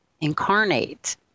incarnate